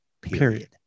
Period